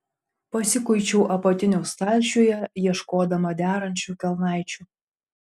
pasikuičiau apatinių stalčiuje ieškodama derančių kelnaičių